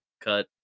cut